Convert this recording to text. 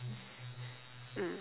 mm